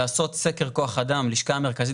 לעשות סקר כוח אדם הלשכה המרכזית